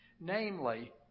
Namely